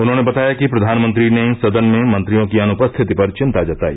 उन्होंने बताया कि प्रधानमंत्री ने सदन में मंत्रियों की अनुपस्थिति पर चिन्ता जताई